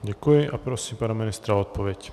Děkuji a prosím pana ministra o odpověď.